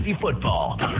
football